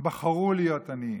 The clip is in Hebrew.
הם בחרו להיות עניים,